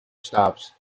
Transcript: stops